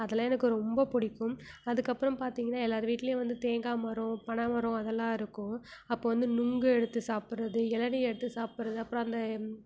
அதெல்லாம் எனக்கு ரொம்ப பிடிக்கும் அதுக்கப்புறம் பார்த்திங்கனா எல்லார் வீட்டிலேயும் வந்து தேங்காய் மரம் பனை மரம் அதெல்லாம் இருக்கும் அப்போ வந்து நுங்கு எடுத்து சாப்பிடுறது இளநி எடுத்து சாப்பிடுறது அப்புறம் அந்த